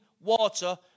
water